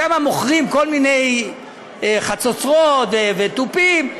שם מוכרים כל מיני חצוצרות ותופים,